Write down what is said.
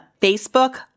Facebook